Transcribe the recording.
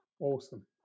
Awesome